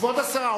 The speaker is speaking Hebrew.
כבוד השרה,